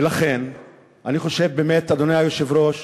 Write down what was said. ולכן אני חושב, אדוני היושב-ראש,